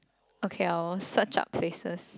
okay I will search up faces